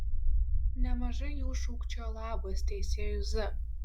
nemažai jų šūkčiojo labas teisėjui z